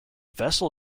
vessel